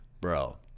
Bro